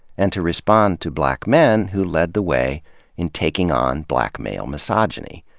and to respond to black men who led the way in taking on black male misogyny.